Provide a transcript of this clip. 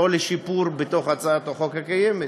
או לשיפור בהצעת החוק הקיימת.